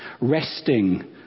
resting